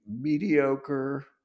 mediocre